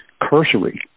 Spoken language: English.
cursory